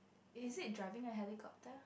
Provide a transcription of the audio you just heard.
is it driving a helicopter